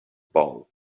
bol